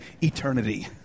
eternity